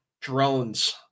drones